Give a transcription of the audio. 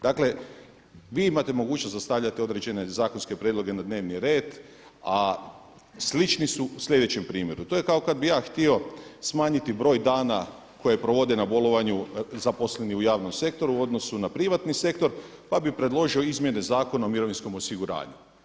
Dakle vi imate mogućnost da stavljate određene zakonske prijedloge na dnevni red a slični su u sljedećem primjeru, to je kao kada bih ja htio smanjiti broj dana koje provode na bolovanju zaposleni u javnom sektoru u odnosu na privatni sektor pa bih predložio Izmjene zakona o mirovinskom osiguranju.